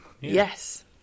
Yes